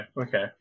Okay